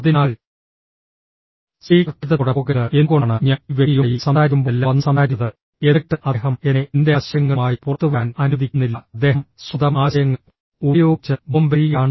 അതിനാൽ സ്പീക്കർ ഖേദത്തോടെ പോകരുത് എന്തുകൊണ്ടാണ് ഞാൻ ഈ വ്യക്തിയുമായി സംസാരിക്കുമ്പോഴെല്ലാം വന്ന് സംസാരിച്ചത് എന്നിട്ട് അദ്ദേഹം എന്നെ എന്റെ ആശയങ്ങളുമായി പുറത്തുവരാൻ അനുവദിക്കുന്നില്ല അദ്ദേഹം സ്വന്തം ആശയങ്ങൾ ഉപയോഗിച്ച് ബോംബെറിയുകയാണ്